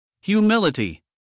Humility